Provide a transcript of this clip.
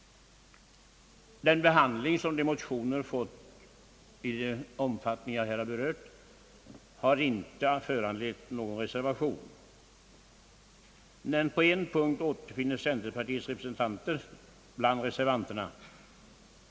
Den behandling som motionerna fått i den omfattning jag här berört har inte föranlett någon reservation. På en punkt återfinns dock centerpartiets representanter bland reservanterna.